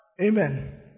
Amen